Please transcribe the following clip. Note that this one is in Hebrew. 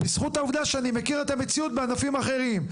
בזכות העובדה שאני מכיר את המציאות בענפים אחרים.